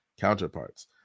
counterparts